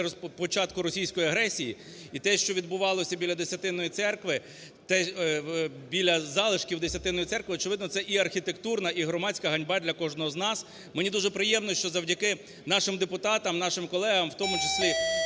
після початку російської агресії. І те, що відбувалося біля Десятинної церкви, біля залишків Десятинної церкви, очевидно, це і архітектурна, і громадська ганьба для кожного з нас. Мені дуже приємно, що завдяки нашим депутатам, нашим колегам, в тому числі